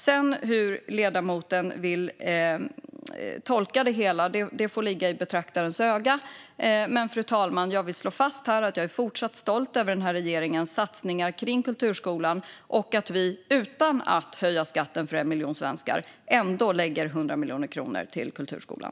Hur sedan ledamoten vill tolka det hela får ligga i betraktarens öga. Fru talman! Jag slår fast att jag fortsätter att vara stolt över regeringens satsningar på kulturskolan. Utan att höja skatten för 1 miljon svenskar lägger vi ändå 100 miljoner kronor till kulturskolan.